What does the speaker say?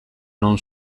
non